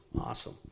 Awesome